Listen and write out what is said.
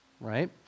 right